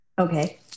Okay